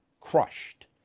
Crushed